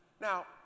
Now